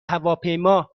هواپیما